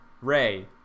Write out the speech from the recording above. Ray